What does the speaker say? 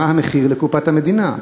מה המחיר לקופת המדינה,